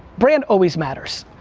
brand always matters.